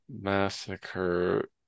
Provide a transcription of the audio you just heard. Massacre